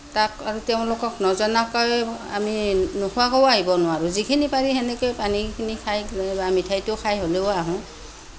তাত আৰু তেওঁলোকক নজনোৱাকৈ আমি নোখোৱাকৈও আহিব নোৱাৰো যিখিনি পাৰি সেনেকে পানীখিনি খাই মিঠাইটো খাই হ'লেও আহোঁ